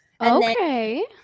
okay